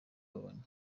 abonye